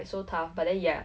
like 我不要 like